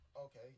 Okay